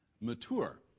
mature